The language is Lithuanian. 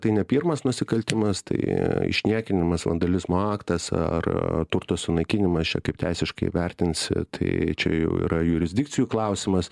tai ne pirmas nusikaltimas tai išniekinimas vandalizmo aktas ar turto sunaikinimas čia kaip teisiškai vertinsi tai čia jau yra jurisdikcijų klausimas